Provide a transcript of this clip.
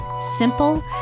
simple